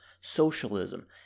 socialism